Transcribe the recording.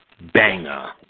Banger